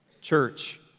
church